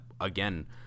again